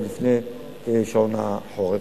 עוד לפני שעון החורף,